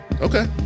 Okay